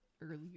earlier